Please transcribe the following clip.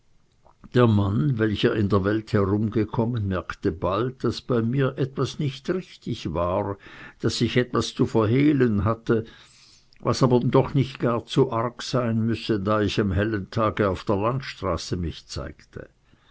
der mann welcher in der welt herumgekommen merkte bald daß bei mir etwas nicht richtig war daß ich etwas zu verhehlen hatte was aber doch nicht gar zu arg sein müsse da ich am hellen tage auf der landstraße mich zeigte